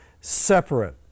separate